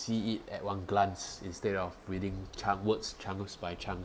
see it at one glance instead of reading chunk words chunks by chunk